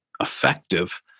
effective